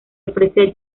ofrece